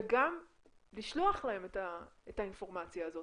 וגם לשלוח להם את האינפורמציה הזאת.